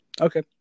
Okay